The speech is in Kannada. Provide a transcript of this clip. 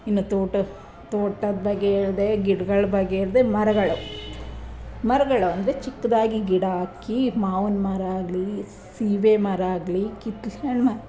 ಇನ್ನೂ ತೋಟ ತೋಟದ ಬಗ್ಗೆ ಹೇಳ್ದೆ ಗಿಡಗಳ ಬಗ್ಗೆ ಹೇಳಿದೆ ಮರಗಳು ಮರಗಳು ಅಂದರೆ ಚಿಕ್ಕದಾಗಿ ಗಿಡ ಹಾಕಿ ಮಾವಿನ ಮರ ಆಗಲಿ ಸೀಬೆ ಮರ ಆಗಲಿ ಕಿತ್ತಲೆ ಹಣ್ಣು ಮರ